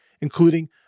including